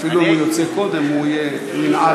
אפילו אם ירצה קודם הוא ינעל.